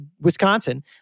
Wisconsin